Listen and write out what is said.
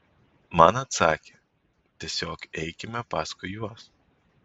man atsakė tiesiog eikime paskui juos